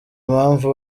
impamvu